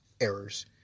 errors